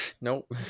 Nope